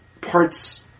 parts